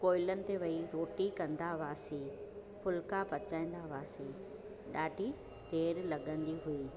कोयलनि ते वेही रोटी कंदा हुआसीं फुल्का पचाईंदा हुआसीं ॾाढी देरि लॻंदी हुई